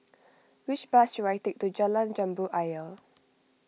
which bus should I take to Jalan Jambu Ayer